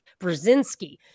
Brzezinski